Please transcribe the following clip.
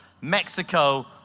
Mexico